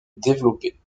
développés